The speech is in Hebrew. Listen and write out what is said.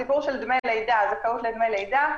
הסיפור של זכאות של דמי לידה.